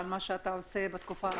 על מה שאתה עושה בתקופה האחרונה.